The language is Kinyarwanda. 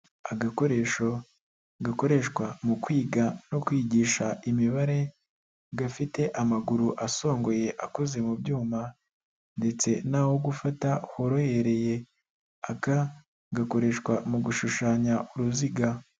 Agakoresho gakoreshwa mu kwiga no kwigisha imibare, gafite amaguru asongoye akoze mu byuma ndetse n'aho gufata horohereye, aka gakoreshwa mu gushushanya uruziga.